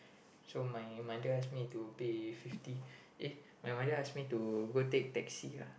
so my mother ask me to pay fifty eh my mother ask me to go take taxi lah